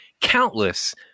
Countless